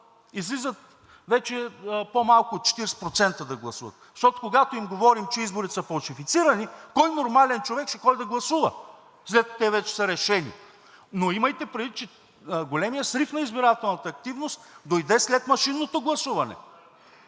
излизат вече по-малко от 40% да гласуват. Защото, когато им говорим, че изборите са фалшифицирани, кой нормален човек ще ходи да гласува, след като те вече са решени. Но имайте предвид, че големият срив на избирателната активност дойде след машинното гласуване.